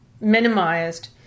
minimized